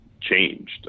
changed